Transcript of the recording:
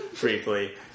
briefly